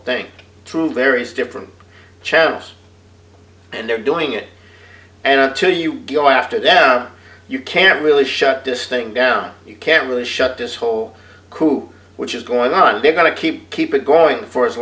thing through various different channels and they're doing it and until you go after that you can't really shut this thing down you can't really shut this whole coop which is going on they're going to keep keep it going for as